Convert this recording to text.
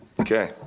okay